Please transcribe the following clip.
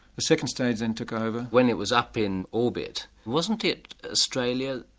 the second stage then took over. when it was up in orbit, wasn't it australia,